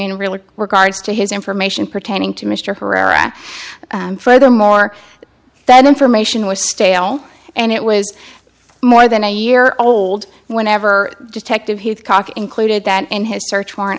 in really regards to his information pertaining to mr herrera furthermore that information was stale and it was more than a year old whenever detective had cock included that in his search warrant